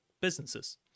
businesses